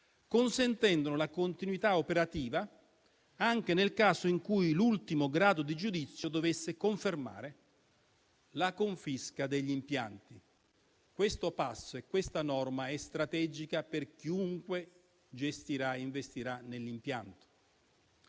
consentendone la continuità operativa anche nel caso in cui l'ultimo grado di giudizio dovesse confermare la confisca degli impianti. Questa norma è strategica per chiunque gestirà l'impianto